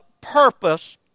purpose